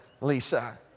Lisa